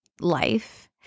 life